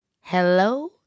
Hello